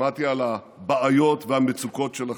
שמעתי על הבעיות והמצוקות שלכם,